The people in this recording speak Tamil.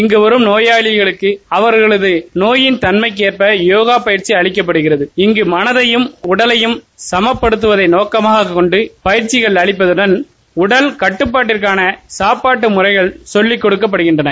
இங்கு வரும் நோயாளிகளுக்கு அவர்களது நோயின் தன்மைக்கேற்ப போக பயிற்சி அளிக்கப்டுகிறது இங்கு மனதையும் உடலை சமபடுத்துவதை நோக்கமாக கொண்டு பயிற்சி அளிப்பதடன் உடல் கட்டுபாட்டிற்கான சாப்பாட்டு முறைகள் சொல்வி கொடுக்கபடுகின்றன